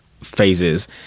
phases